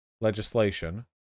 legislation